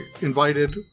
invited